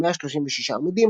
136 עמ',